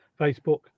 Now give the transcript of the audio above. Facebook